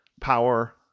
power